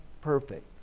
perfect